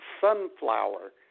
Sunflower